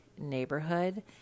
neighborhood